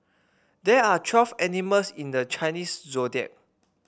there are twelve animals in the Chinese Zodiac